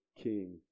king